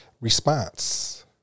response